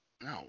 No